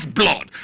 blood